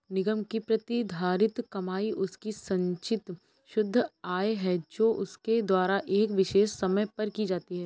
निगम की प्रतिधारित कमाई उसकी संचित शुद्ध आय है जो उसके द्वारा एक विशेष समय पर की जाती है